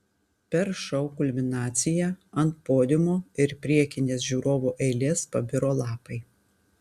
per šou kulminaciją ant podiumo ir priekinės žiūrovų eilės pabiro lapai